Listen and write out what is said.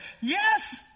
yes